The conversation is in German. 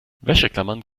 wäscheklammern